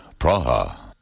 Praha